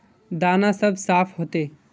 दाना सब साफ होते?